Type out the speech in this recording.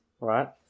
right